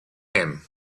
him